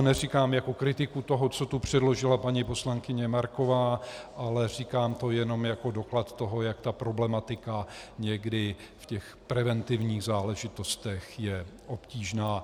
Neříkám to jako kritiku toho, co tu předložila paní poslankyně Marková, ale říkám to jenom jako doklad toho, jak je tato problematika někdy v těch preventivních záležitostech obtížná.